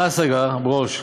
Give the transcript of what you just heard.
מה ההשגה, ברושי?